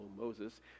Moses